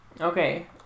Okay